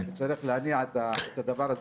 וצריך להניע את הדבר הזה.